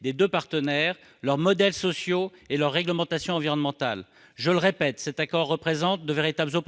des deux partenaires, leurs modèles sociaux et leurs réglementations environnementales. Encore une fois, cet accord offre de véritables chances